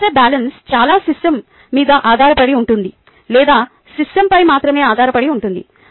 మీరు చేసే బ్యాలెన్స్ చాలా సిస్టమ్ మీద ఆధారపడి ఉంటుంది లేదా సిస్టమ్పై మాత్రమే ఆధారపడి ఉంటుంది